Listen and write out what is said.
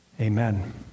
amen